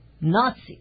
Nazi